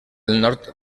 nord